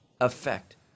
effect